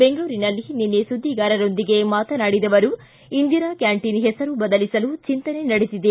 ಬೆಂಗಳೂರಿನಲ್ಲಿ ನಿನ್ನೆ ಸುದ್ದಿಗಾರರೊಂದಿಗೆ ಮಾತನಾಡಿದ ಅವರು ಇಂದಿರಾ ಕ್ಕಾಂಟೀನ್ ಹೆಸರು ಬದಲಿಸಲು ಚಿಂತನೆ ನಡೆದಿದೆ